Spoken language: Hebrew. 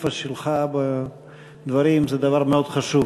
חושב שהסיפה של דבריך מאוד חשובה.